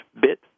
bit